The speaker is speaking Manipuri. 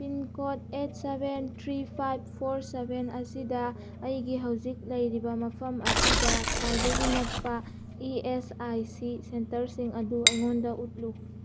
pincode eight seven three five four seven ꯑꯁꯤꯗ ꯑꯩꯒꯤ ꯍꯧꯖꯤꯛ ꯂꯩꯔꯤꯕ ꯃꯐꯝ ꯑꯁꯤꯗ ꯈ꯭ꯋꯥꯏꯗꯒꯤ ꯅꯛꯄ ꯏ ꯑꯦꯁ ꯑꯥꯏ ꯁꯤ ꯁꯦꯟꯇꯔꯁꯤꯡ ꯑꯗꯨ ꯑꯩꯉꯣꯟꯗ ꯎꯠꯂꯨ